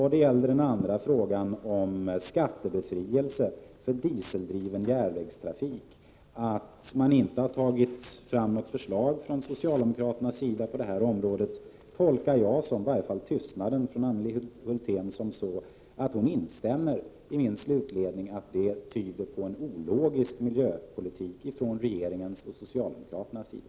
Vad gällde den andra frågan om skattebefrielse för dieseldriven järnvägstrafik och det faktum att socialdemokraterna inte har tagit fram något förslag på detta område tolkar jag tystnaden från Anneli Hulthén så att hon instämmer i min slutledning att detta tyder på en ologisk miljöpolitik från regeringens och socialdemokraternas sida.